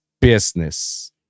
business